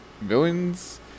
villains